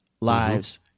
lives